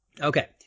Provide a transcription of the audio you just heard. okay